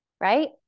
right